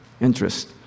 interest